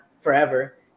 forever